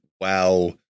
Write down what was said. WoW